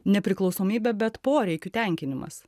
nepriklausomybė bet poreikių tenkinimas